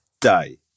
day